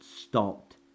stopped